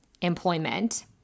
employment